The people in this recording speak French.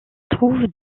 trouvent